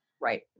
right